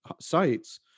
sites